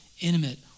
intimate